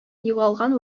югалган